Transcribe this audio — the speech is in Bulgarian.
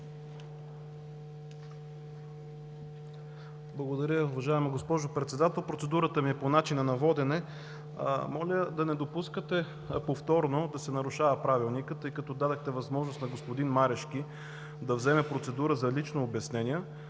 Благодаря, уважаема госпожо Председател. Процедурата ми е по начина на водене. Моля да не допускате повторно да се нарушава Правилника, тъй като дадохте възможност на господин Марешки да вземе процедура за лично обяснение,